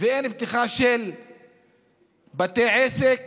ואין פתיחה של בתי עסק